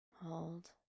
Hold